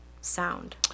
sound